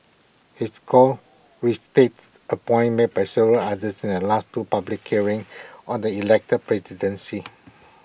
his call restates A point made by several others at last two public hearings on the elected presidency